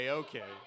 okay